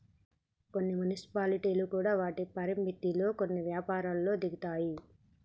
కొన్ని మున్సిపాలిటీలు కూడా వాటి పరిధిలో కొన్ని యపారాల్లో దిగుతాయి